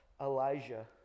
Elijah